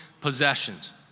possessions